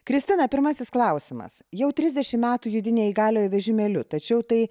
kristina pirmasis klausimas jau trisdešimt metų judi neįgaliojo vežimėliu tačiau tai